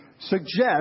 suggest